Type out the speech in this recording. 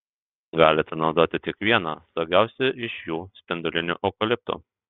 galite naudoti tik vieną saugiausią iš jų spindulinių eukaliptų